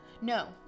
No